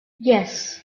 yes